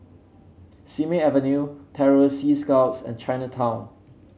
Simei Avenue Terror Sea Scouts and Chinatown